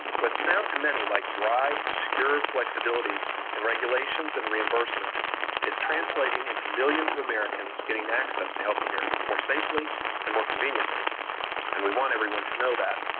what sound to many like dry, dry, obscure flexibilities in regulations and reimbursement is translating into millions of americans getting access to health care more safely and more conveniently and we want everyone to know that.